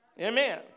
Amen